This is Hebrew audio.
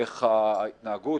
איך ההתנהגות,